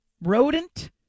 rodent